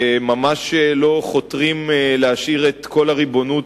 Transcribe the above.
שממש לא חותרים להשאיר את כל הריבונות